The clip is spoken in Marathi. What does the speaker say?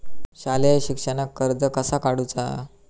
शालेय शिक्षणाक कर्ज कसा काढूचा?